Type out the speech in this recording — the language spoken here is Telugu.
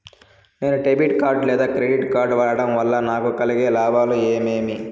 నేను డెబిట్ కార్డు లేదా క్రెడిట్ కార్డు వాడడం వల్ల నాకు కలిగే లాభాలు ఏమేమీ?